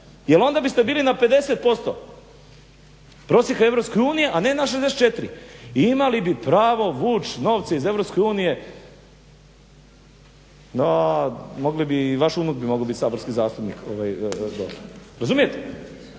Jer onda biste bili na 50% prosjeka EU, a ne na 64. I imali bi pravo vuč novce iz EU. Mogli bi, i vaš unuk bi mogao bit saborski zastupnik. Razumijete?